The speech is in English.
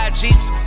jeeps